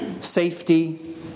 safety